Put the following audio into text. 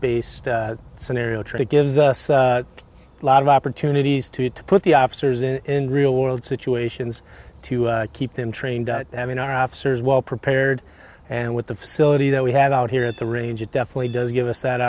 based scenario tree gives us a lot of opportunities to to put the officers in real world situations to keep them trained having our officers well prepared and with the facility that we have out here at the range it definitely does give us that